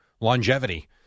longevity